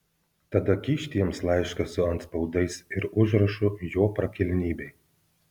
tada kyšt jiems laišką su antspaudais ir užrašu jo prakilnybei